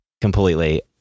completely